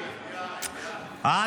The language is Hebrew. איי איי איי.